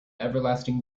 everlasting